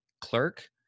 clerk